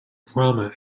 brahma